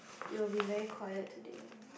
you will be very quiet today